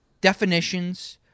definitions